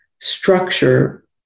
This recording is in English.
structure